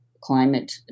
climate